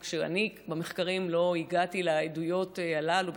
רק שאני במחקרים לא הגעתי לעדויות הללו,